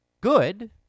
good